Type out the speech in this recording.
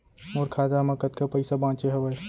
मोर खाता मा कतका पइसा बांचे हवय?